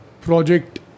Project